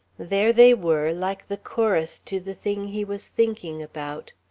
there they were, like the chorus to the thing he was thinking about.